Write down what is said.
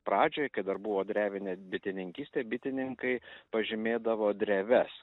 pradžioj dar buvo drevinė bitininkystė bitininkai pažymėdavo dreves